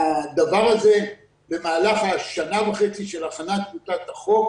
הדבר הזה במהלך השנה וחצי של הכנת טיוטת החוק